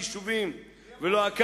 כדי שיוכלו לירות טילים מכאן ולשם?